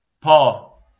Paul